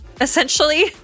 essentially